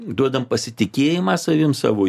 duodam pasitikėjimą savimi savo